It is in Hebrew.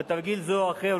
בתרגיל זה או אחר,